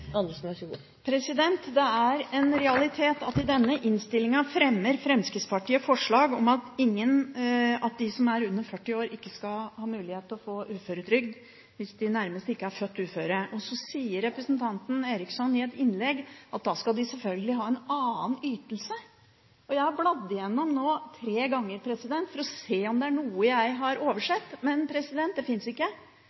Andersen har hatt ordet to ganger og får ordet til en kort merknad, begrenset til 1 minutt. Det er en realitet at i denne innstillingen fremmer Fremskrittspartiet forslag om at de som er under 40 år, ikke skal ha mulighet til å få uføretrygd, hvis de ikke nærmest er født uføre. Så sier representanten Eriksson i et innlegg at da skal de selvfølgelig ha en annen ytelse. Jeg har bladd igjennom innstillingen tre ganger for å se om det er noe jeg har